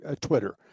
Twitter